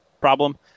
problem